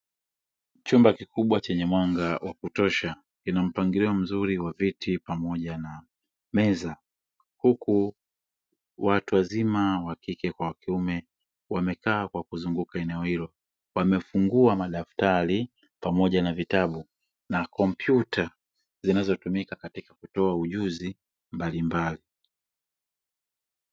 Chumba kikubwa chenye mwanga wa kutosha kina mpangilio mzuri wa viti pamoja na meza huku watu wazima wa kike kwa wa kiume wamekaa kwa kuzunguka eneo hilo wamefungua madaftari pamoja na vitabu na kompyuta zinazotumika katika kutoa ujuzi mbalimbali.